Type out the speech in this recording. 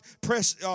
press